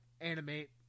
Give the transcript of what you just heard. animate